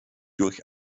durch